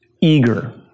eager